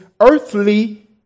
earthly